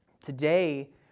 Today